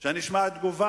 שאני אשמע תגובה,